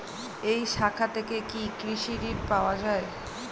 এই শাখা থেকে কি কৃষি ঋণ পাওয়া যায়?